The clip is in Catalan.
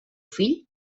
fill